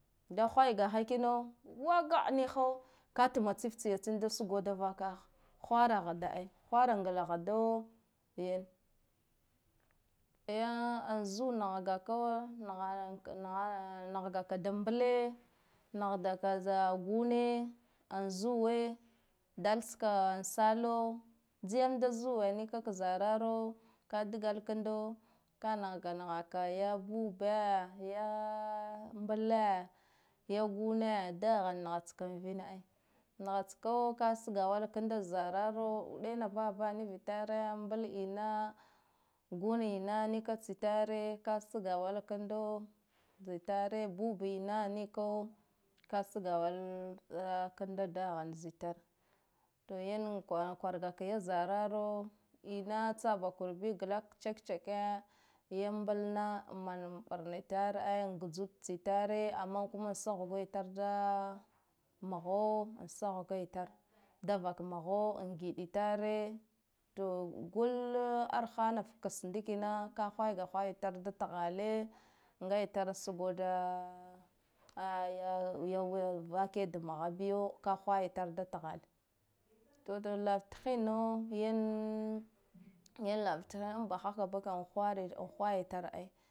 Da hwaigaha kino waha niho ka tma tsitsiya tsin da sugo da vakaha ai hwara hda ai, hwara ngla hda ya a zoo nahgako nah naha nahgakai da mbute nahgaka gune an zuwe dal tska an sallo jiyam da zuwe nika ka zararo ka dgala kanda ka nahga nahaka ya bube ya mble ya gune dahar nahatska vin ai nahtska ka sgawala kanda zararo uɗena babana nivitare mble ina gunena nika tsitare ke sgawala kanda zitare bubina nika ka sgawala kanda dahane zitare, to yam kwaha kwargaka ya zararo ina tsabakurbi glak check-checke ya mblna mana ɓarna itar ai gtsa ud tsitare amma kuma sahgo itare da mho an sahago, tare da vak mho an giɗa itare to gul arhamat kse ndikina ka hwaiga hwayi tare da thale nga itare sugo da aya vake da mho biyo ka hwaya tar da thale, to lava thinna yan yan lava tsnahabahaha hawaya tar ai.